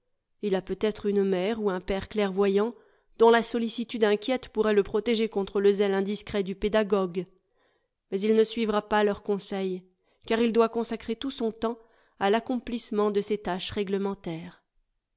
il a peut-être une mère ou un père clairvoyants dont la sollicitude inquiète pourrait le protéger contre le zèle indiscret du pédagogue mais il ne suivra pas leurs conseils car il doit consacrer tout son temps à l'accomplissement de ses tâches réglementaires